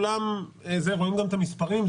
רואים גם את המספרים,